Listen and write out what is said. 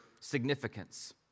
significance